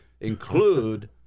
include